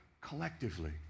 collectively